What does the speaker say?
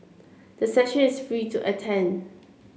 the session is free to attend